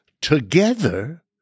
together